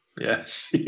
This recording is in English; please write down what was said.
Yes